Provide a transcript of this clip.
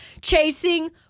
chasing